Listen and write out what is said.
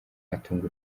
atunga